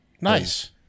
Nice